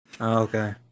okay